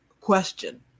Question